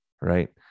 right